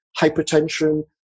hypertension